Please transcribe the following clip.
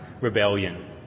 rebellion